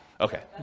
Okay